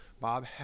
Bob